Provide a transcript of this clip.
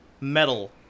metal